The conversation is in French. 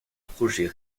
projet